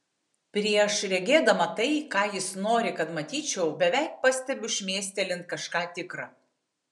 prieš regėdama tai ką jis nori kad matyčiau beveik pastebiu šmėstelint kažką tikra